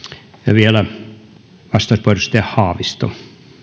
vielä vastauspuheenvuoro edustaja haavisto